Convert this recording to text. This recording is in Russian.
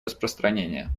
распространения